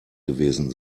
gewesen